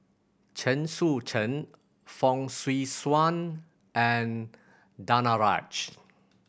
Chen Sucheng Fong Swee Suan and Danaraj